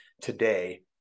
today